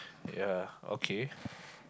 yea okay